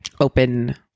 open